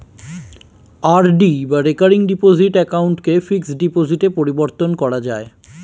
RD বা recurring deposit অ্যাকাউন্টকে fixed ডিপোজিটে পরিবর্তন করা যায়